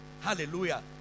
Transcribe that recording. Hallelujah